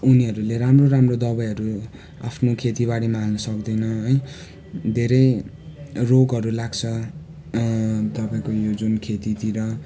उनीहरूले राम्रो राम्रो दबाईहरू आफ्नो खेतीबारीमा हाल्नुसक्दैन है धेरै रोगहरू लाग्छ तपाईँको यो जुन खेतीतिर